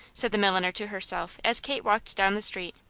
said the milliner to herself as kate walked down the street.